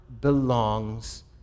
belongs